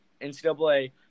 NCAA